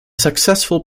successful